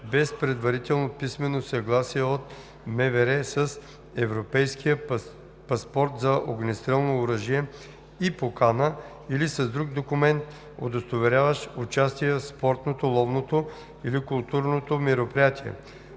без предварително писмено съгласие от МВР с Европейския паспорт за огнестрелно оръжие и покана или с друг документ, удостоверяващ участие в спортното, ловното или културното мероприятие.